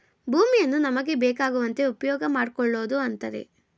ಭೂಮಿಯನ್ನು ನಮಗೆ ಬೇಕಾಗುವಂತೆ ಉಪ್ಯೋಗಮಾಡ್ಕೊಳೋದು ಅಂತರೆ